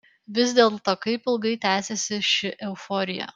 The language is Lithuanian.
vis dėlto kaip ilgai tęsiasi ši euforija